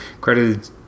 credited